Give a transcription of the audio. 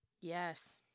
Yes